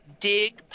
Dig